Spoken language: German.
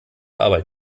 arbeit